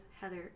Heather